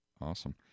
Awesome